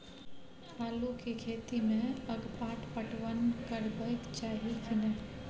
आलू के खेती में अगपाट पटवन करबैक चाही की नय?